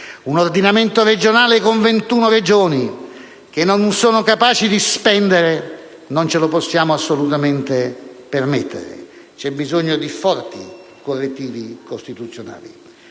Un ordinamento regionale con 21 Regioni incapaci di spendere, non ce lo possiamo assolutamente permettere. C'è bisogno di forti correttivi costituzionali.